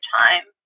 time